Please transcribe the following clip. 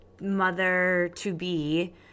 mother-to-be